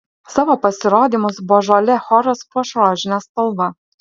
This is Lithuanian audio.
savo pasirodymus božolė choras puoš rožine spalva